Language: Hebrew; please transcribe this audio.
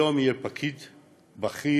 היום יהיה פקיד בכיר,